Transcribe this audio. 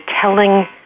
telling